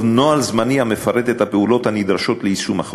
נוהל זמני המפרט את הפעולות הנדרשות ליישום החוק.